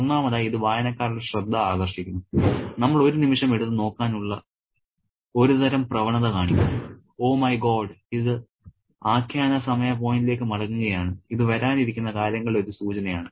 ഒന്നാമതായി ഇത് വായനക്കാരുടെ ശ്രദ്ധ ആകർഷിക്കുന്നു നമ്മൾ ഒരു നിമിഷം എടുത്ത് നോക്കാൻ ഉള്ള ഒരുതരം പ്രവണത കാണിക്കുന്നു ഓ മൈ ഗോഡ് ഇത് ആഖ്യാന സമയ പോയിന്റിലേക്ക് മടങ്ങുകയാണ് ഇത് വരാനിരിക്കുന്ന കാര്യങ്ങളുടെ ഒരു സൂചനയാണ്